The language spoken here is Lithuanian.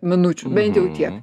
minučių bent jau tiek